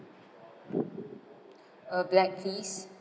uh black please